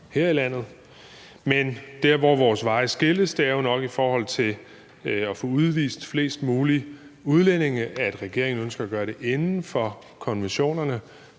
her i landet. Men der, hvor vores veje skilles, er jo nok i forhold til det med at få udvist flest mulige udlændinge, altså at regeringen ønsker at gøre det inden for konventionerne,